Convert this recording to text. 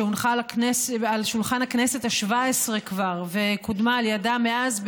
שהונחה כבר על שולחן הכנסת השבע עשרה וקודמה על ידה מאז,